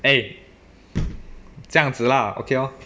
eh 这样子 lah okay lor